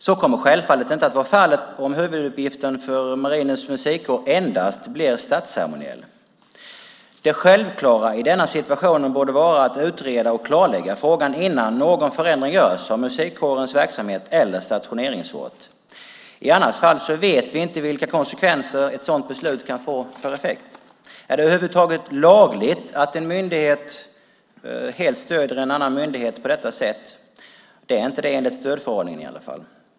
Så kommer självfallet inte att vara fallet om huvuduppgiften för Marinens musikkår endast blir statsceremoniell. Det självklara i den här situationen borde vara att utreda och klarlägga frågan innan någon förändring görs av musikkårens verksamhet eller stationeringsort. I annat fall vet vi inte vilka konsekvenser och effekter ett sådant beslut kan få. Är det över huvud taget lagligt att en myndighet helt stöder en annan myndighet på detta sätt? Det är inte det enligt stödförordningen i alla fall.